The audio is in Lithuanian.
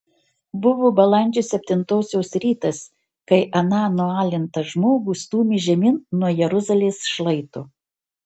buvo balandžio septintosios rytas kai aną nualintą žmogų stūmė žemyn nuo jeruzalės šlaito